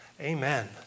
Amen